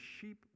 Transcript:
sheep